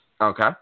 Okay